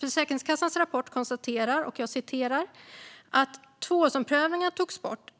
Försäkringskassans rapport konstaterar att efter att tvåårsomprövningarna togs bort